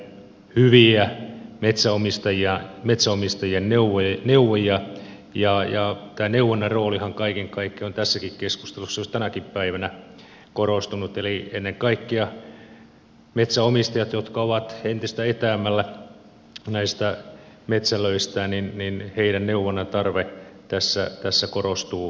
ne ovat erittäin hyviä metsänomistajien neuvojia ja tämä neuvonnan roolihan kaiken kaikkiaan on tässäkin keskustelussa juuri tänäkin päivänä korostunut eli ennen kaikkea metsänomistajien jotka ovat entistä etäämmällä näistä metsälöistään neuvonnan tarve tässä korostuu koko ajan